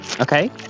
Okay